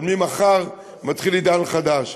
אבל מחר מתחיל עידן חדש.